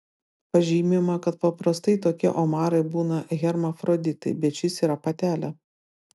pažymima kad paprastai tokie omarai būna hermafroditai bet šis yra patelė